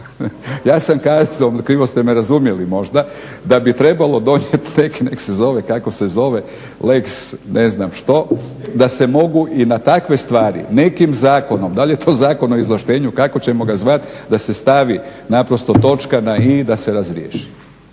Ja sam kazao, krivo ste me razumjeli možda da bi trebalo donijeti neki nek se zove kako se zove lex ne znam što da se mogu i na takve stvari nekim zakonom, da li je to Zakon o izvlaštenju kako ćemo ga zvati da se stavi točka na i i da se razriješi.